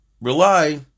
rely